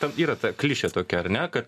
ten yra ta klišė tokia ar ne kad